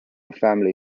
family